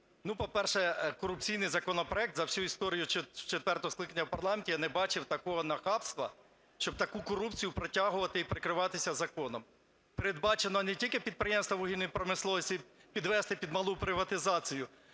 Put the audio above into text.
По-перше, корупційний законопроект. За всю історію четвертого скликання в парламенті я не бачив такого нахабства, щоб таку корупцію протягувати і прикриватися законом. Передбачено не тільки підприємства вугільної промисловості підвести під малу приватизацію.